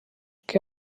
que